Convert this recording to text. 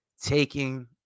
taking